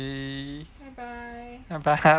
bye bye